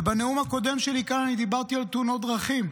ובנאום הקודם שלי כאן אני דיברתי על תאונות דרכים.